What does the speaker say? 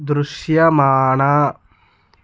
దృశ్యమాన